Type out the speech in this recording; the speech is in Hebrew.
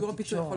שהוא מצב